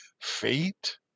fate